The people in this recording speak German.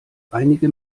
einige